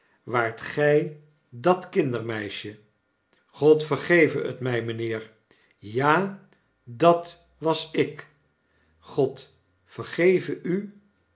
waart gij dat kindermeisje god vergeve het mij mijnheer ja datwas ik god vergeve u